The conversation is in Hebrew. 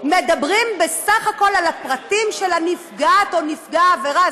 מדברים בסך הכול על הפרטים של נפגעת או נפגע העבירה,